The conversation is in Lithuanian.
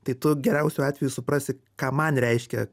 tai tu geriausiu atveju suprasi ką man reiškia